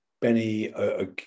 Benny